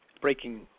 breaking